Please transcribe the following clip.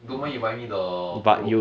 don't mind you buy me the bro